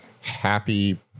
Happy